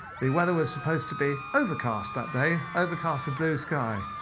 the weather was supposed to be overcast that day, overcast but blue sky.